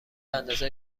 اندازه